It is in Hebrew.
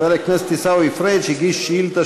חבר הכנסת עיסאווי פריג' הגיש שאילתה